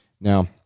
Now